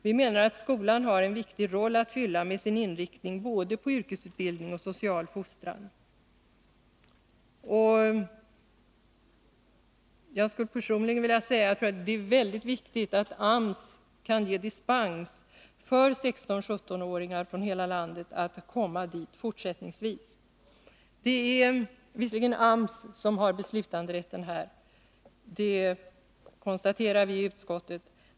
Vi menar att skolan har en viktig uppgift att fylla med sin inriktning på både yrkesutbildning och social fostran. Personligen tror jag att det är mycket viktigt att AMS kan ge dispens, så att 16-17-åringar från hela landet även fortsättningsvis kan komma dit. Det är alltså AMS som här har beslutanderätten — det konstaterar vi i betänkandet.